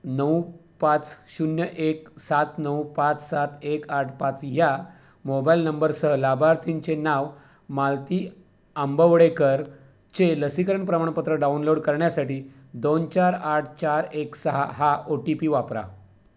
नऊ पाच शून्य एक सात नऊ पाच सात एक आठ पाच या मोबाईल नंबरसह लाभार्थींचे नाव मालती आंबवडेकरचे लसीकरण प्रमाणपत्र डाउनलोड करण्यासाठी दोन चार आठ चार एक सहा हा ओ टी पी वापरा